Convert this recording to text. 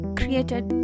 created